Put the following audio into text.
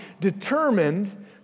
determined